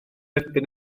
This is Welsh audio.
erbyn